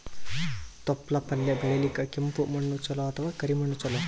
ತೊಪ್ಲಪಲ್ಯ ಬೆಳೆಯಲಿಕ ಕೆಂಪು ಮಣ್ಣು ಚಲೋ ಅಥವ ಕರಿ ಮಣ್ಣು ಚಲೋ?